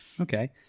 Okay